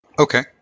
Okay